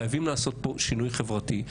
חייבים לעשות פה שינוי חברתי.